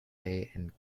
and